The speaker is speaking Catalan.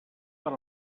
per